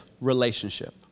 relationship